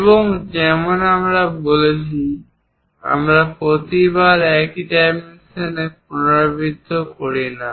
এবং যেমন আমি বলেছি আমরা প্রতিবার একই ডাইমেনশন পুনরাবৃত্তি করি না